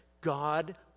God